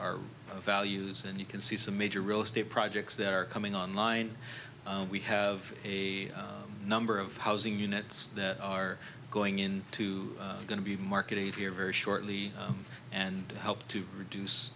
our values and you can see some major real estate projects that are coming online we have a number of housing units that are going into going to be marketed here very shortly and help to reduce